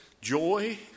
Joy